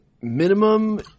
Minimum